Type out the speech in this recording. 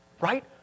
right